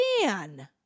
Dan